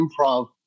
improv